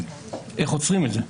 איך עוצרים את זה?